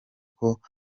koko